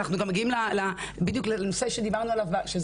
אנחנו גם מגיעים בדיוק לנושא הוועדה,